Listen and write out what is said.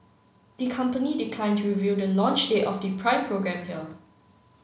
the company declined to reveal the launch date of the Prime programme here